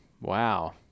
Wow